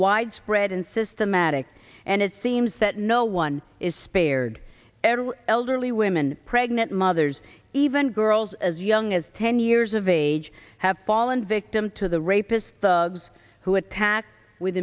widespread and systematic and it seems that no one is spared ever elderly women pregnant mothers even girls as young as ten years of age have fallen victim to the rapists thugs who attack with